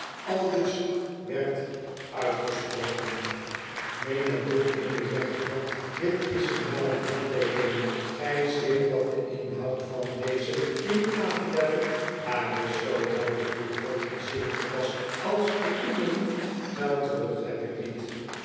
aldus werd uitgesproken neem het boek in uw rechterhand dit is uw naam en handteekening gij zweert dat de inhoud van deze uw affidavit waar is zoo helpe u god een shilling gepast als t u belief t geld terug neb ik niet